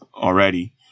Already